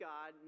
God